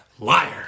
Liar